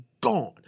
gone